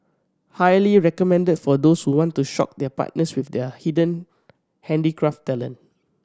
highly recommended for those who want to shock their partners with their hidden handicraft talent